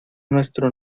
nuestro